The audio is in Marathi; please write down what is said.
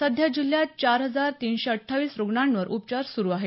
सध्या जिल्ह्यात चार हजार तीनशे अठ्ठावीस रुग्णांवर उपचार सुरु आहेत